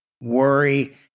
worry